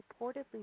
reportedly